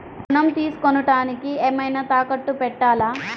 ఋణం తీసుకొనుటానికి ఏమైనా తాకట్టు పెట్టాలా?